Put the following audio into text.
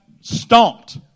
stomped